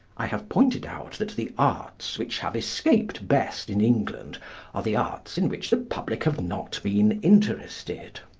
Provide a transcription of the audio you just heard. i have pointed out that the arts which have escaped best in england are the arts in which the public have not been interested.